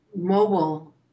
mobile